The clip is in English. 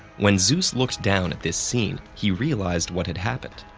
when zeus looked down at this scene, he realized what had happened.